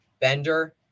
bender